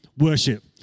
worship